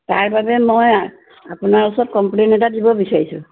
তাৰবাবে মই আপোনাৰ ওচৰত কম্প্লেইণ্ট এটা দিব বিচাৰিছোঁ